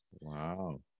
Wow